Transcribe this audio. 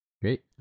Great